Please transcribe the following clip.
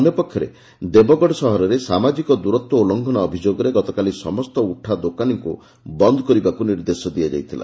ଅନ୍ୟ ପକ୍ଷରେ ଦେବଗଡ଼ ସହରରେ ସାମାଜିକ ଦୂରତ୍ ଉଲ୍ଲଙ୍ଫନ ଅଭିଯୋଗରେ ଗତକାଲି ସମସ୍ତ ଉଠାଦୋକାନୀଙ୍କ ବନ୍ଦ କରିବାକୁ ନିର୍ଦ୍ଦେଶ ଦିଆଯାଇଥିଲା